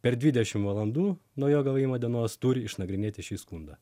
per dvidešimt valandų nuo jo gavimo dienos turi išnagrinėti šį skundą